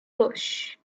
bush